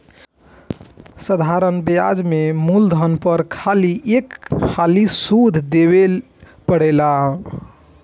साधारण ब्याज में मूलधन पर खाली एक हाली सुध देवे परेला